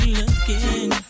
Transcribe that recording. looking